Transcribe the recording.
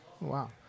Wow